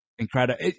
incredible